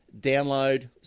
download